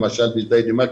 למשל בג'דיידה מכר,